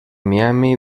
miami